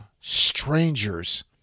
strangers